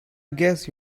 guess